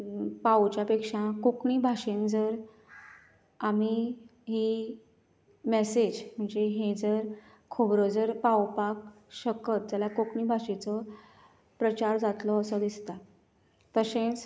पावोवच्या पेक्षा कोंकणी भाशेन जर आमी ही मेसेज जी ही जर खबऱ्यो जर पावोवपाक शकत जाल्यार कोंकणी भाशेचो प्रचार जातलो असो दिसता तशेंच